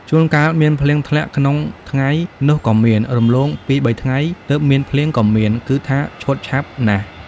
ជួនកាលមានភ្លៀងធ្លាក់ក្នុងថ្ងៃ នោះក៏មាន រំលង ២-៣ ថ្ងៃ ទើបមានភ្លៀងក៏មាន គឺថាឆុតឆាប់ណាស់ ។